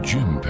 Jim